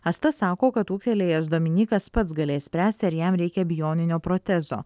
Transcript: asta sako kad ūgtelėjęs dominykas pats galės spręsti ar jam reikia bioninio protezo